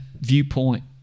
viewpoint